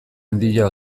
handia